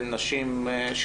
שלום לכולם,